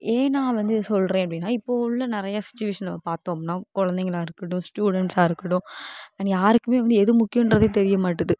ஏன் நான் வந்து இது சொல்லுறேன் அப்படினா இப்போ உள்ள நிறைய சுச்சுவேஷன் நம்ம பார்த்தோம்னா குழந்தைங்கலா இருக்கட்டும் ஸ்டுடென்ட்ஸ்ஸாக இருக்கட்டும் அண்ட் யாருக்குமே எது முக்கியம்ன்றதே தெரிய மாட்டுது